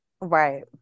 Right